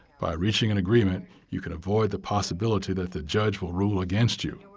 by reaching an agreement, you can avoid the possibility that the judge will rule against you.